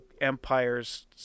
Empire's